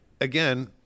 again